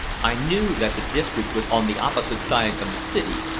i knew that the district was on the opposite side of the city,